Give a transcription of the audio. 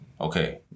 okay